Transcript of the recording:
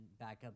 backup